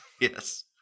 Yes